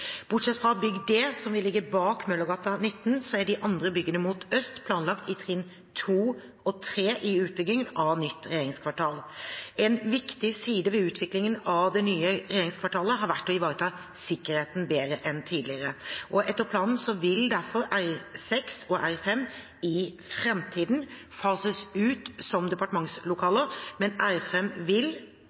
Bortsett fra bygg D, som vil ligge bak Møllergata 19, er de andre byggene mot øst planlagt i trinn 2 og trinn 3 i utbyggingen av nytt regjeringskvartal. En viktig side ved utviklingen av det nye regjeringskvartalet har vært å ivareta sikkerheten bedre enn tidligere. Etter planen vil derfor R6 og R5 i framtiden fases ut som departementslokaler, men R5 vil,